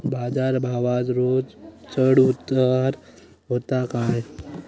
बाजार भावात रोज चढउतार व्हता काय?